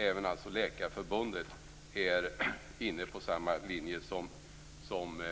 Även Läkarförbundet är alltså inne på samma linje som